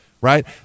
right